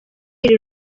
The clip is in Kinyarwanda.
iri